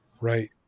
right